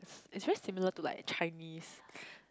it's very similar to like Chinese